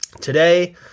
Today